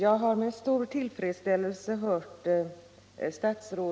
abortutvecklingen.